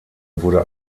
wurde